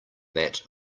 that